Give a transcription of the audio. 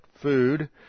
food